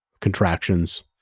contractions